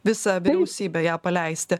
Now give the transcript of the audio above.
visą vyriausybę ją paleisti